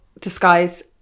disguise